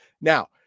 Now